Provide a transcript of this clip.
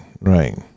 right